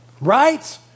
Right